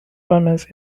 omens